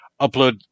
upload